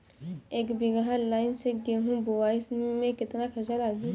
एक बीगहा लाईन से गेहूं बोआई में केतना खर्चा लागी?